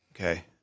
Okay